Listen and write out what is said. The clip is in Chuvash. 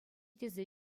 тесе